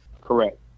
correct